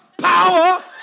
power